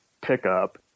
pickup